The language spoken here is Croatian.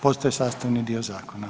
Postaje sastavni dio zakona.